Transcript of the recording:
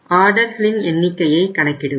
ஆர்டர்களின் எண்ணிக்கையை கணக்கிடுவோம்